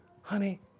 honey